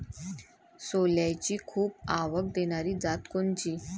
सोल्याची खूप आवक देनारी जात कोनची?